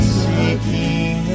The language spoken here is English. seeking